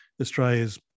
Australia's